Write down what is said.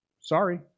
sorry